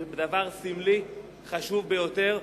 זה דבר סמלי וחשוב ביותר.